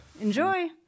Enjoy